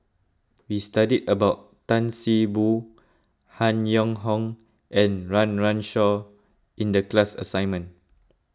we studied about Tan See Boo Han Yong Hong and Run Run Shaw in the class assignment